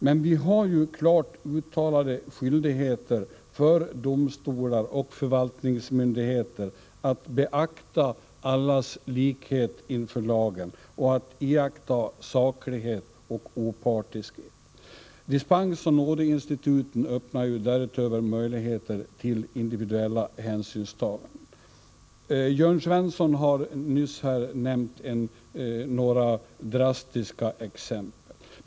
Men vi har ju klart uttalade skyldigheter för domstolar och förvaltningsmyndigheter att beakta allas likhet inför lagen och att iaktta saklighet och opartiskhet. Dispensoch nådeinstituten öppnar ju därutöver möjligheter till individuella hänsynstaganden. Jörn Svensson har nyss nämnt några drastiska exempel.